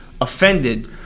offended